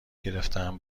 گرفتم